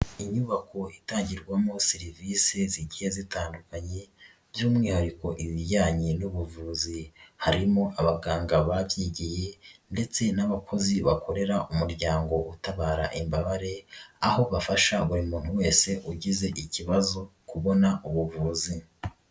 Inyubako itangirwamo serivisi zigiye zitandukanye by'umwihariko ibijyanye n'ubuvuzi, harimo abaganga babyigiye ndetse n'abakozi bakorera umuryango utabara imbabare, aho bafasha buri muntu wese ugize ikibazo kubona ubuvuzi.